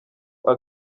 nta